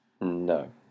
No